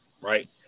right